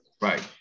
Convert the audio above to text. Right